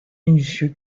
minutieux